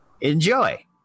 Enjoy